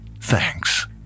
Thanks